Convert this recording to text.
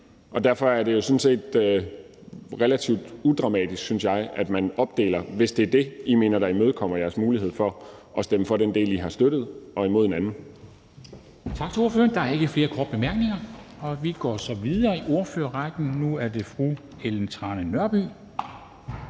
Derfor er det jo sådan set relativt udramatisk, synes jeg, at man opdeler det, hvis det er det, I mener imødekommer jeres mulighed for at stemme for den del, I har støttet, og imod en anden.